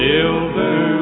Silver